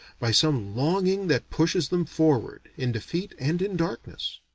by some longing that pushes them forward, in defeat and in darkness.